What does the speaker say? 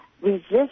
Resist